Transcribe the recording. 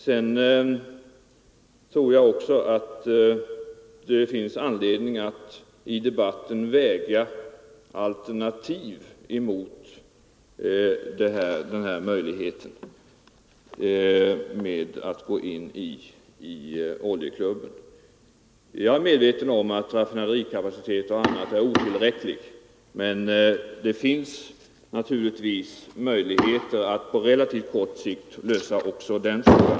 Sedan anser jag också att det finns anledning att i debatten väga alternativ emot den här möjligheten att gå in i oljeklubben. Jag är medveten om att exempelvis raffinaderikapaciteten är otillräcklig, men det finns naturligtvis möjligheter att på relativt kort sikt lösa också den frågan.